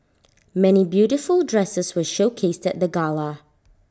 many beautiful dresses were showcased at the gala